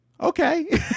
okay